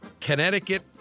Connecticut